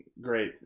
Great